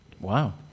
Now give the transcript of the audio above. Wow